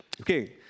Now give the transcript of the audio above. Okay